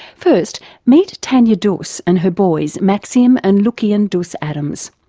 first meet tanya dus and her boys maxim and lukian dus adams.